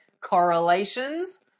correlations